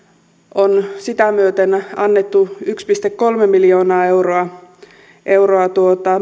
on sitä myöten annettu yksi pilkku kolme miljoonaa euroa euroa